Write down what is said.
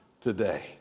today